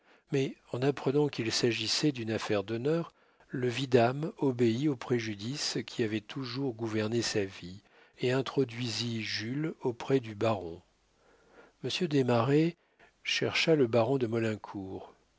mais en apprenant qu'il s'agissait d'une affaire d'honneur le vidame obéit aux préjugés qui avaient toujours gouverné sa vie et introduisit jules auprès du baron monsieur desmarets chercha le baron de maulincour oh